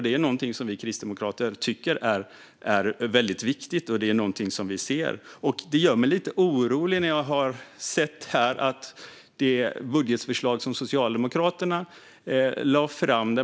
Det är någonting som vi kristdemokrater tycker är väldigt viktigt. Det gör mig lite orolig att se det budgetförslag som Socialdemokraterna lade fram.